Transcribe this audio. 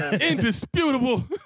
indisputable